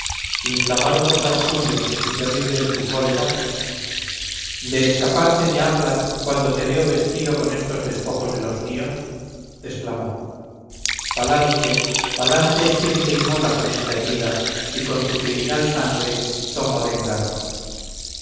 inflamado por las furias y terrible en su cólera de escaparte me hablas cuando te veo vestido con estos despojos de los míos exclamó palante palante es quien te inmola con esta herida y con tu criminal sangre toma venganza